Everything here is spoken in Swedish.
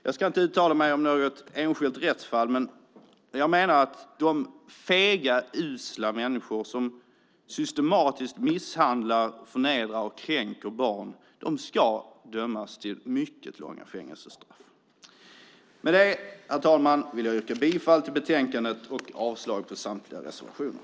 Jag ska inte uttala mig om något enskilt rättsfall, men jag menar att de fega, usla människor som systematiskt misshandlar, förnedrar och kränker barn ska dömas till mycket långa fängelsestraff. Med det, herr talman, vill jag yrka bifall till förslaget i betänkandet och avslag på samtliga reservationer.